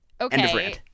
Okay